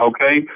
Okay